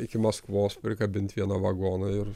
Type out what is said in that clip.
iki maskvos prikabint vieną vagoną ir